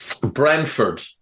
Brentford